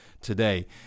today